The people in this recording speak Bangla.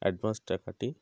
অ্যাডভান্স টাকাটি